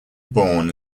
born